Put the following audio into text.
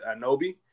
Anobi